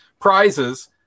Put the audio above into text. prizes